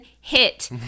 hit